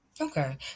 Okay